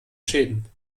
schäden